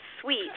sweet